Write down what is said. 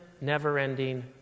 never-ending